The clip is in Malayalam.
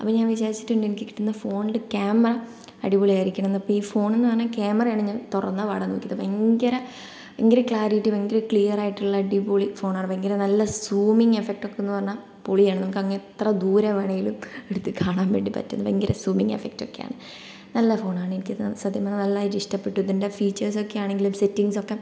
അപ്പോൾ ഞാൻ വിചാരിച്ചിട്ടുണ്ട് എനിക്ക് കിട്ടുന്ന ഫോണിൽ ക്യാമറ അടിപൊളി ആയിരിക്കണമെന്ന് അപ്പോൾ ഈ ഫോണെന്ന് പറഞ്ഞാൽ ക്യാമറയാണ് ഞാൻ തുറന്ന പാടെ നോക്കിയത് ഭയങ്കര ഭയങ്കര ക്ലാരിറ്റി ഭയങ്കര ക്ലിയറായിട്ടുള്ള അടിപൊളി ഫോണാണ് ഭയങ്കര നല്ല സൂമിങ് എഫക്ടൊക്കെ എന്ന് പറഞ്ഞാൽ പൊളിയാണ് നമുക്ക് അങ്ങ് എത്ര ദൂരം വേണലും അടുത്ത് കാണാൻ വേണ്ടി പറ്റും ഭയങ്കര സൂമിങ് എഫക്ട് ഒക്കെയാണ് നല്ല ഫോണാണ് എനിക്ക് സത്യം പറഞ്ഞാൽ നല്ലാതായിട്ട് ഇഷ്ടപ്പെട്ടു ഇതിൻ്റെ ഫീച്ചേഴ്സൊക്കെ ആണെങ്കിലും സെറ്റിംഗ്സ് ഒക്കെ